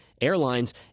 airlines